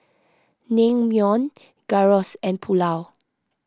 Naengmyeon Gyros and Pulao